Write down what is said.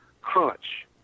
crunch